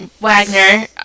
Wagner